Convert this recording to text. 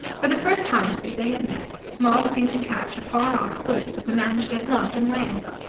for the first time since they had met maud seemed to catch a far-off glimpse of the man she had loved in wales.